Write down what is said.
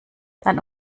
dann